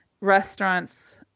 restaurants